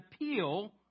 appeal